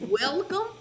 welcome